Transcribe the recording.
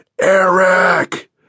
Eric